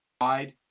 wide